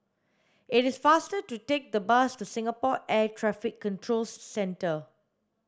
it is faster to take the bus to Singapore Air Traffic Control Centre